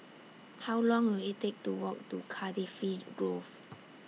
How Long Will IT Take to Walk to Cardifi Grove